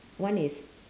one is